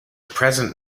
present